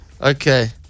Okay